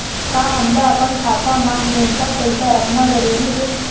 का हमला अपन खाता मा न्यूनतम पईसा रखना जरूरी हे?